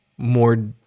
More